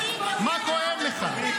מה כואב לך?